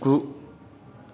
गु